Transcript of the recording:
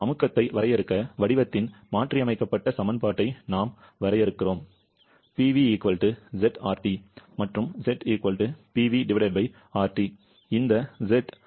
அமுக்கத்தை வரையறுக்க வடிவத்தின் மாற்றியமைக்கப்பட்ட சமன்பாட்டை நாம் வரையறுக்கிறோம் மற்றும் இந்த Z அமுக்கக்கூடிய காரணி என்று அழைக்கப்படுகிறது